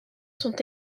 sont